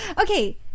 Okay